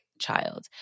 child